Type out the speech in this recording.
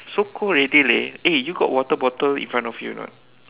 so cold already leh eh you got water bottle in front of you or not